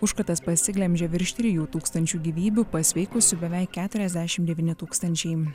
užkratas pasiglemžė virš trijų tūkstančių gyvybių pasveikusių beveik keturiasdešim devyni tūkstančiai